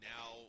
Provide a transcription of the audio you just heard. Now